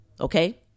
Okay